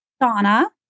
Donna